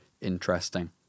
interesting